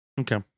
Okay